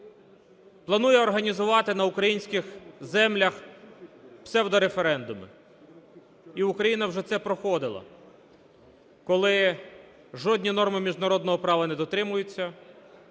планує організувати на українських землях псевдореферендуми, і Україна це вже проходила, коли жодні норми міжнародного права не дотримуються,